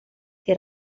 che